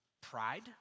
Pride